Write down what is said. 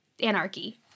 anarchy